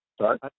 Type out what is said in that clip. Sorry